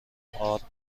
آرد